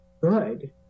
good